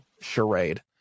charade